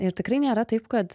ir tikrai nėra taip kad